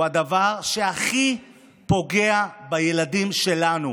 הוא הדבר שהכי פוגע בילדים שלנו,